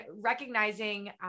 recognizing